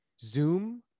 zoom